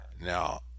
Now